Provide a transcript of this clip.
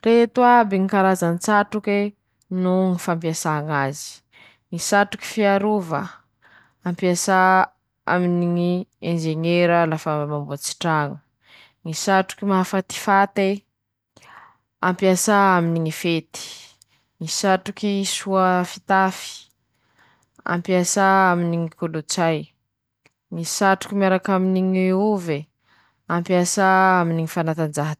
Ñy fomba fiasany ñy printy moa ajà reo, ñy printy natao hamoaha sary na lahatsoratse aminy ñy alalany ôrdinatera, ñy fiasany ñy printy mifototsy aminy ñy ôrdinatera, bakaminy ôrdinatera ao rah'eñy aboakiny an-tsary na aboakiny an-tsoratsy ;zay ñy asany.